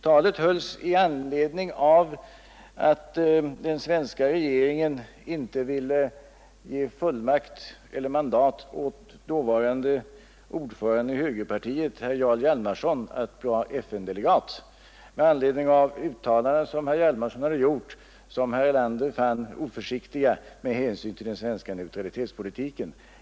Talet hölls i anledning av att den svenska regeringen inte ville ge mandat åt dåvarande ordföranden i högerpartiet herr Jarl Hjalmarson att vara FN-delegat med anledning av uttalanden som herr Hjalmarson hade gjort och som herr Erlander fann oförsiktiga med hänsyn till den svenska neutralitetspolitiken.